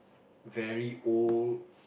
very old